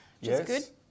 Yes